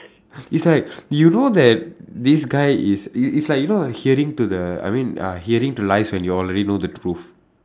it's like you know that this guy is it it's like you know hearing to the I mean ah hearing to lies and when you already know the truth